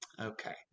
Okay